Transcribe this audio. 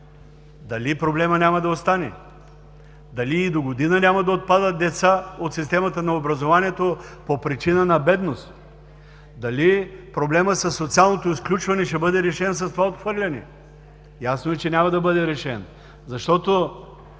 Дали проблемът няма да остане? Дали и догодина няма да отпадат деца от системата на образованието по причина на бедност? Дали проблемът със социалното изключване ще бъде решен с това отхвърляне? Ясно е, че няма да бъде решен, защото,